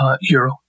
euro